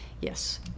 Yes